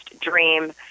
dream